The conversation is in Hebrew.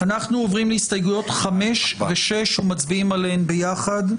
אנחנו עוברים להסתייגויות 5 ו-6 ומצביעים עליהן ביחד,